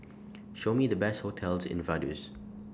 Show Me The Best hotels in Vaduz